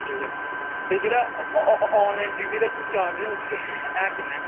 ठीक ऐ ते जेह्ड़ा आनलाइन डिलीवरी दा चार्ज ऐ ओह् ऐ किन्ना ऐ